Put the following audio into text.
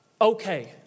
okay